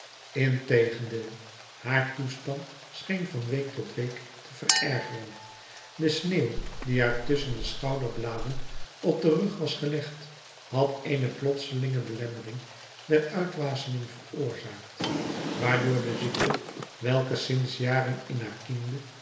integendeel haar toestand scheen van week tot week te verergeren de sneeuw die haar tusschen de schouderbladen op den rug was gelegd had eene plotselinge belemmering der uitwaseming veroorzaakt waardoor de ziekte welke sinds jaren in